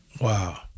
Wow